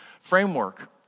framework